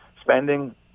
spending